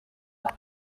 agwa